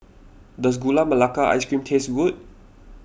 does Gula Melaka Ice Cream taste good